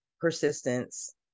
persistence